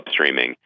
upstreaming